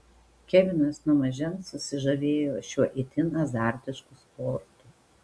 kevinas nuo mažens susižavėjo šiuo itin azartišku sportu